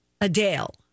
Adele